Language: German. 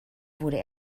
wurde